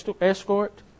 escort